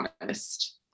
honest